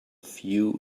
few